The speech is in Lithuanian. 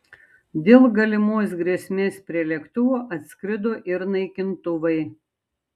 dėl galimos grėsmės prie lėktuvo atskrido ir naikintuvai